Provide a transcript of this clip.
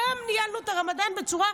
גם ניהלנו את הרמדאן בצורה,